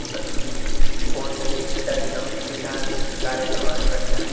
तद् स्पोर्ट्स् इत् इत्यादिकं क्रीडान् कार्यक्रमाणि पश्यामि